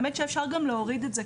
האמת שאפשר גם להוריד את זה,